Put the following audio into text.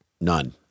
None